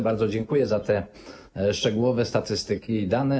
Bardzo dziękuję za te szczegółowe statystyki i dane.